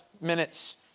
minutes